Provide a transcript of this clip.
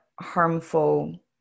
harmful